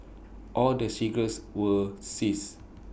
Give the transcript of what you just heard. all the cigarettes were seized